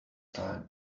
time